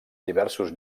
diversos